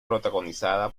protagonizada